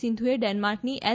સિંધુએ ડેન્માર્કની એલ